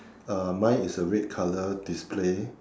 uh mine is a red colour display